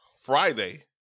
Friday